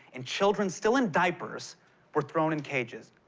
and children still in diapers were thrown in cages.